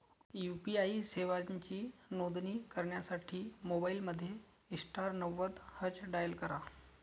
UPI सेवांची नोंदणी करण्यासाठी मोबाईलमध्ये स्टार नव्वद हॅच डायल करा